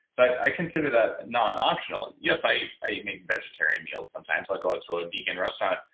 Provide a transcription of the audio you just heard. so i consider that non-optional. yes, i i make vegetarian meals sometimes. i go out to a vegan restaurant,